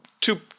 two